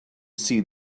see